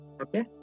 Okay